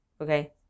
okay